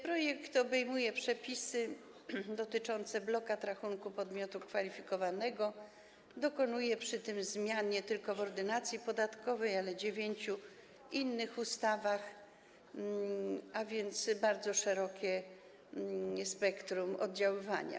Projekt obejmuje przepisy dotyczące blokad rachunku podmiotu kwalifikowanego i dokonuje przy tym zmian nie tylko w Ordynacji podatkowej, ale w dziewięciu innych ustawach, a więc ma bardzo szerokie spektrum oddziaływania.